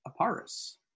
Aparis